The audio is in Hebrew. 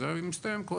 אז זה היה מסתיים קודם.